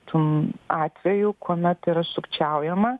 tų atvejų kuomet yra sukčiaujama